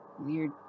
weird